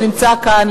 שנמצא כאן,